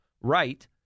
right